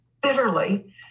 bitterly